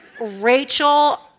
Rachel